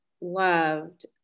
loved